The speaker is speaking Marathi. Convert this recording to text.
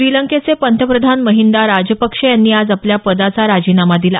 श्रीलंकेचे पंतप्रधान महिंदा राजपक्षे यांनी आज आपल्या पदाचा राजिनामा दिला